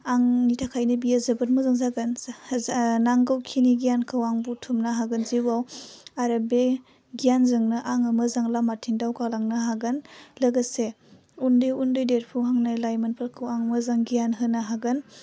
आंनि थाखायनो बेयो जोबोद मोजां जागोन जा नांगौ खिनि गियानखौ आं बुथुमनो हागोन जिउआव आरो बे गियानजोंनो आङो मोजां लामाथिं दावगालांनो हागोन लोगोसे उन्दै उन्दै देरफुहांनाय लाइमोनफोरखौ आं मोजां गियान हागोन